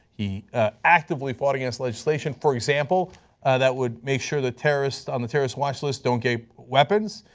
he actively fought against legislation for example that would make sure that terrorists on the terrorist watch list don't get weapons,